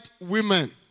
women